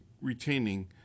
retaining